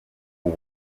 ubu